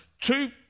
Two